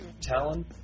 Talon